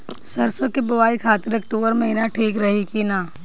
सरसों की बुवाई खाती अक्टूबर महीना ठीक रही की ना?